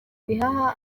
bihaha